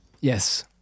Yes